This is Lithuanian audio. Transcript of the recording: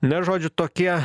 na žodžiu tokie